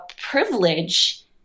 privilege